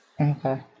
Okay